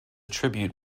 tribute